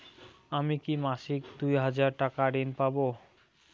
আমি কি মাসিক দুই হাজার টাকার ঋণ পাব?